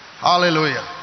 Hallelujah